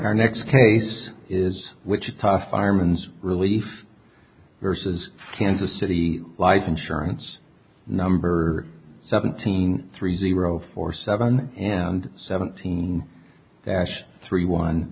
our next case is wichita fireman's relief versus kansas city life insurance number seventeen three zero four seven and seventeen that ash three one